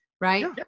right